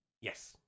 Yes